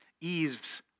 Eve's